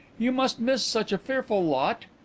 you must miss such a fearful lot.